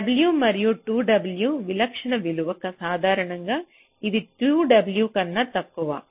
W మరియు 2 W విలక్షణ విలువ సాధారణంగా ఇది 2 W కన్నా తక్కువ